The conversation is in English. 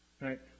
right